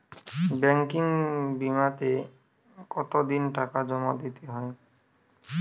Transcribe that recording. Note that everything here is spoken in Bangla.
ব্যাঙ্কিং বিমাতে কত দিন টাকা জমা দিতে হয়?